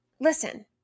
Listen